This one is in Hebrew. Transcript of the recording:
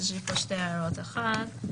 יש לי פה שתי הערות: אחת,